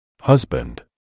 Husband